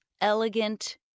elegant